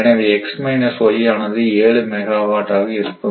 எனவே x y ஆனது 7 megawatt ஆக இருக்கும்